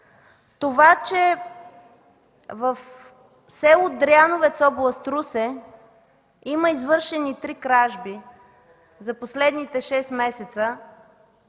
Това, че в село Дряновец, област Русе има извършени три кражби за последните шест месеца,